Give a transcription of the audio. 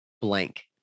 blank